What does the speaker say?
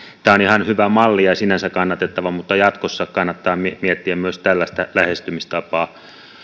tämä on ihan hyvä malli ja sinänsä kannatettava mutta jatkossa kannattaa miettiä myös tällaista lähestymistapaa